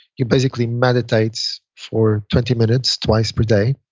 you basically meditate for twenty minutes twice per day.